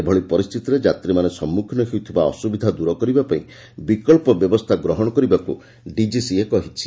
ଏଭଳି ପରିସ୍ଥିତିରେ ଯାତ୍ରୀମାନେ ସମ୍ମୁଖୀନ ହେଉଥିବା ଅସୁବିଧା ଦୂର କରିବାପାଇଁ ବିକଳ୍ପ ବ୍ୟବସ୍ଥା ଗ୍ରହଣ କରିବାକୁ ଡିକିସିଏ କହିଛି